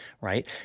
right